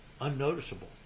unnoticeable